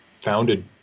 founded